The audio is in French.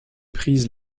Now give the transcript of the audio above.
prise